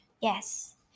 yes